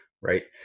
Right